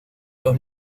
los